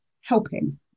helping